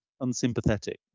unsympathetic